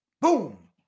boom